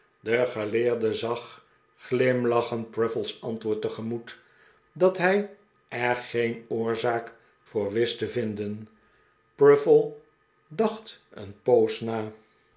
de geleerde zag glimlachend pruffle's antwoord tegemoet dat hij er geen oorzaak voor wist te vinden pruffle dacht een poos na